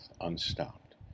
unstopped